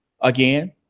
again